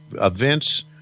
Events